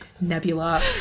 Nebula